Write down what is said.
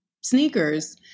sneakers